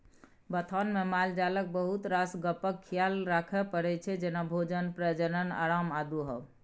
बथानमे मालजालक बहुत रास गप्पक खियाल राखय परै छै जेना भोजन, प्रजनन, आराम आ दुहब